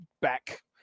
back